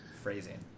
Phrasing